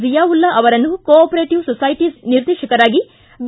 ಜಿಯಾವುಲ್ಲಾ ಅವರನ್ನು cooperative societies ನಿರ್ದೇಶಕರಾಗಿ B